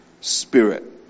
spirit